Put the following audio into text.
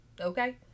Okay